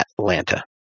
Atlanta